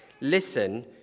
listen